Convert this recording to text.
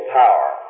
power